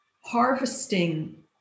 harvesting